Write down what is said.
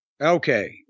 Okay